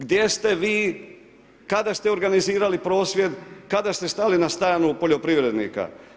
Gdje ste vi, kada ste organizirali prosvjed, kada ste stali na stranu poljoprivrednika?